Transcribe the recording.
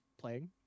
playing